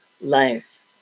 life